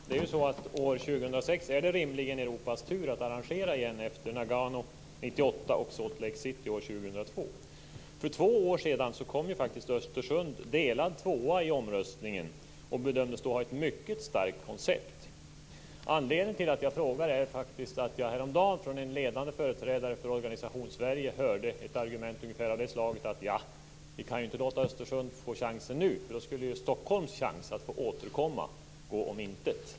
Fru talman! År 2006 är det rimligen Europas tur att arrangera OS igen efter Nagano år 1998 och Salt Lake City år 2002. För två år sedan kom faktiskt Östersund delad tvåa i omröstningen och bedömdes då ha ett mycket starkt koncept. Anledningen till att jag frågar är faktiskt att jag häromdagen från en ledande företrädare för Organisationssverige hörde ett argument av ungefär det slaget att vi inte kan låta Östersund få chansen nu, då skulle Stockholms chans att få återkomma gå om intet.